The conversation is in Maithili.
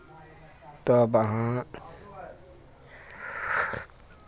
तब अहाँ